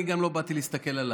אני גם לא באתי להסתכל עליו.